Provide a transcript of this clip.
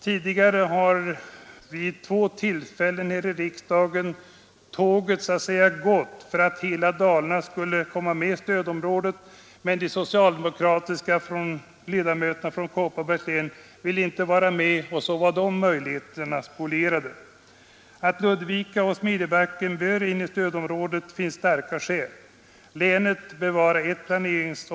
Tidigare hade vid två tillfällen här i riksdagen så att säga ”tåget gått” för hela Dalarnas införlivande i stödområdet, men de socialdemokratiska ledamöterna från Kopparbergs län ville inte följa med tåget, och så var de möjligheterna spolierade. Att Ludvika-Smedjebacken bör komma med i stödområdet finns det starka skäl för. Länet bör vara en planeringsenhet.